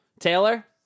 Taylor